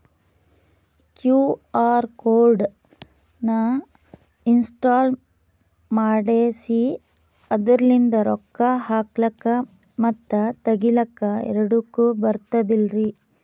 QR code ನ ಇನ್ಸ್ಟಾಲ ಮಾಡೆಸಿ ಅದರ್ಲಿಂದ ರೊಕ್ಕ ಹಾಕ್ಲಕ್ಕ ಮತ್ತ ತಗಿಲಕ ಎರಡುಕ್ಕು ಬರ್ತದಲ್ರಿ?